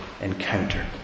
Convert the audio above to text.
encounter